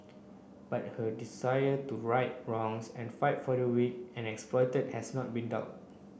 but her desire to right wrongs and fight for the weak and exploited has not been dulled